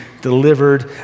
delivered